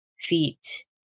feet